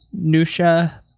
Nusha